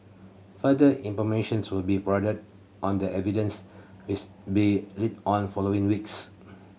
further information's will be provided on the evidence which be led on following weeks